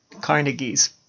carnegie's